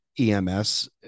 EMS